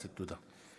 תודה.